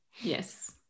Yes